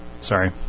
Sorry